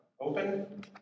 open